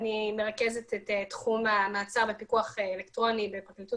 מרכזת את תחום המעצר בפיקוח אלקטרוני בפרקליטות